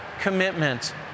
commitment